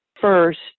first